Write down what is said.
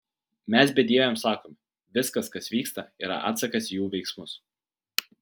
mes bedieviams sakome viskas kas vyksta yra atsakas į jų veiksmus